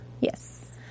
Yes